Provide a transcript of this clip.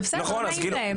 לא נעים להם.